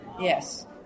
Yes